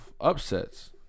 Upsets